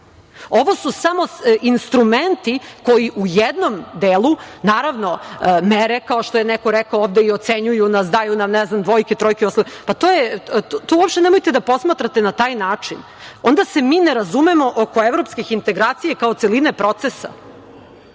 Ovu su samo instrumenti koji u jednom delu, naravno mere, kao što je neko rekao ovde, i ocenjuju nas, daju nam dvojke, trojke i ostalo, to uopšte nemojte da posmatrate na taj način. Onda se mi ne razumemo oko evropskih integracija kao celine procesa. Društvo